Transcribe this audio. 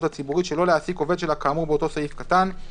הציבורית שלא להעסיק עובד שלה כאמור באותו סעיף קטן,